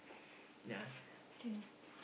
yeah